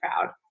proud